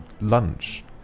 lunch